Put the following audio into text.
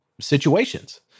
situations